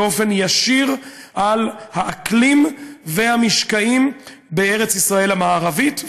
באופן ישיר על האקלים ועל המשקעים בארץ ישראל המערבית,